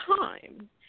time